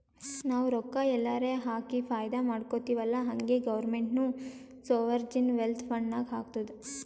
ನಾವು ರೊಕ್ಕಾ ಎಲ್ಲಾರೆ ಹಾಕಿ ಫೈದಾ ಮಾಡ್ಕೊತಿವ್ ಅಲ್ಲಾ ಹಂಗೆ ಗೌರ್ಮೆಂಟ್ನು ಸೋವರ್ಜಿನ್ ವೆಲ್ತ್ ಫಂಡ್ ನಾಗ್ ಹಾಕ್ತುದ್